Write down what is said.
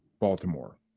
baltimore